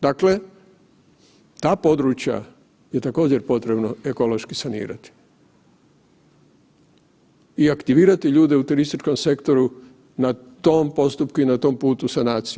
Dakle ta područja je također potrebno ekološki sanirati i aktivirati ljude u turističkom sektoru na tom postupku i na tom putu sanacije.